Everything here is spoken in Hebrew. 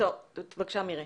בבקשה, מירי.